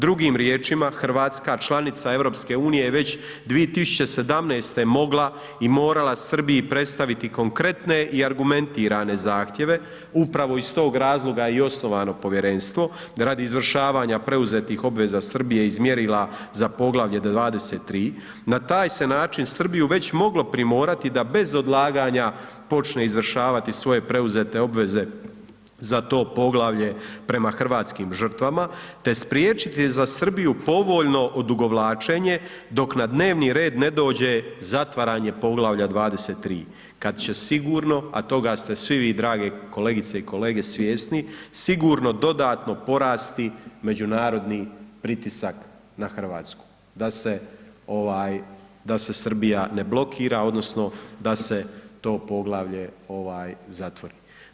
Drugim riječima, Hrvatska članica EU je već 2017. mogla i morala Srbiji predstaviti konkretne i argumentirane zahtjeve upravo iz tog razloga je i osnovano povjerenstvo, da radi izvršavanja preuzetih obveza Srbije iz mjerila za Poglavlje 23., na taj se način Srbiju već moglo primorati da bez odlaganja počne izvršavati svoje preuzete obveze za to poglavlje prema hrvatskim žrtvama te spriječiti za Srbiju povoljno odugovlačenje dok na dnevni red ne dođe zatvaranje Poglavlja 23. kad će sigurno, a toga ste svi vi drage kolegice i kolege svjesni, sigurno dodatno porasti međunarodni pritisak na Hrvatsku, da se ovaj, da se Srbija ne blokira odnosno da se to poglavlje ovaj zatvori.